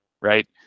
right